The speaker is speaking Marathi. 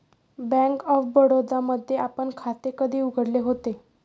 बँक ऑफ बडोदा मध्ये आपण खाते कधी उघडले होते?